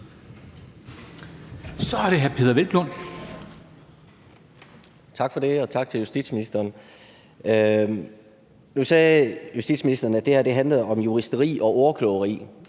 13:34 Peder Hvelplund (EL): Tak for det, og tak til justitsministeren. Nu sagde justitsministeren, at det her handler om juristeri og ordkløveri.